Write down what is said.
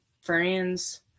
friends